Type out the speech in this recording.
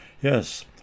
Yes